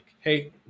hey